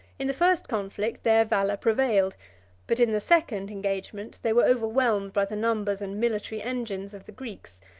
in the first conflict, their valor prevailed but in the second engagement they were overwhelmed by the numbers and military engines of the greeks,